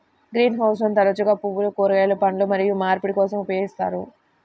green హౌస్లను తరచుగా పువ్వులు, కూరగాయలు, పండ్లు మరియు మార్పిడి కోసం ఉపయోగిస్తారు